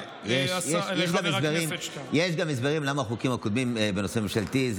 יש גם הסבר למה החוקים הקודמים בנושא הם בממשלתית,